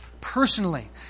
personally